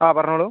ആ പറഞ്ഞോളൂ